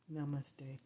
Namaste